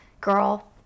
girl